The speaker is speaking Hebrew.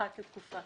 אחת לתקופה.